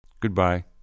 Goodbye